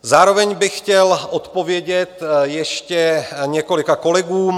Zároveň bych chtěl odpovědět ještě několika kolegům.